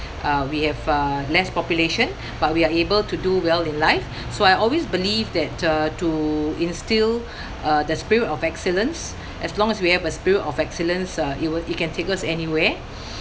uh we have uh less population but we are able to do well in life so I always believe that uh to instil uh the spirit of excellence as long as we have a spirit of excellence uh it will it can take us anywhere